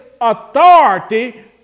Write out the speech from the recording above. authority